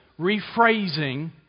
rephrasing